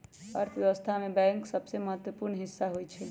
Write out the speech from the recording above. अर्थव्यवस्था में बैंक सभके महत्वपूर्ण हिस्सा होइ छइ